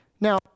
Now